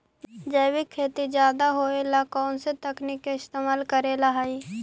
जैविक खेती ज्यादा होये ला कौन से तकनीक के इस्तेमाल करेला हई?